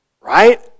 right